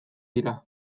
dira